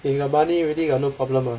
if you got money really got no problem uh